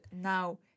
now